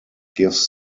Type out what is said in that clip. gives